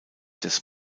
des